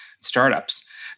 startups